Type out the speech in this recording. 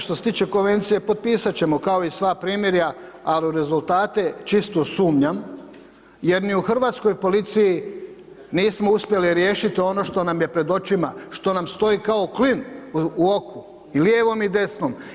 Što se tiče Konvencije, potpisati ćemo kao i sva primirja, al u rezultate čisto sumnjam jer ni u hrvatskoj policiji nismo uspjeli riješiti ono što nam je pred očima, što nam stoji kao klin u oku, i lijevom i desnom.